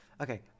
okay